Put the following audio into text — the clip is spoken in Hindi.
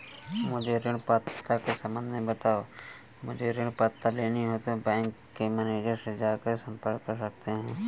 मुझे ऋण पात्रता के सम्बन्ध में बताओ?